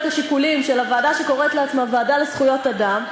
השיקולים של הוועדה שקוראת לעצמה הוועדה לזכויות אדם,